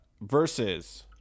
versus